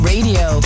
Radio